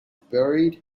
buried